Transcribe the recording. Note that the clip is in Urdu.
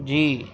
جی